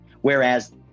whereas